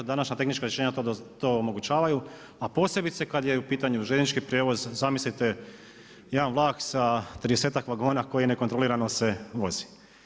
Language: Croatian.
Današnja tehnička rješenja to omogućavaju, a posebice kada je u pitanju željeznički prijevoz, zamislite jedan vlak sa 30 vagona koji nekontrolirano se vozi.